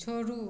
छोड़ू